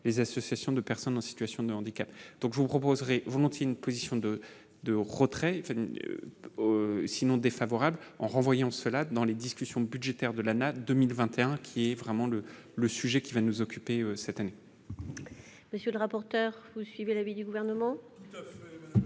les associations de personnes en situation de handicap, donc je vous proposerais volontiers une position de de retrait sinon défavorable en renvoyant cela dans les discussions budgétaires de la 2021 qui est vraiment le le sujet qui va nous occuper cette année.